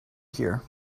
here